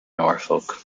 norfolk